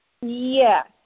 Yes